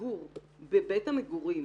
לגור בבית המגורים